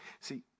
See